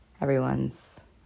Everyone's